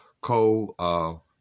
co